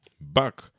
back